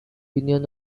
union